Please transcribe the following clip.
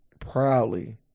Proudly